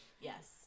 yes